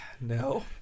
no